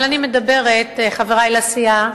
אבל אני מדברת, חברי לסיעה,